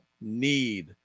need